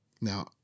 Now